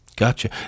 Gotcha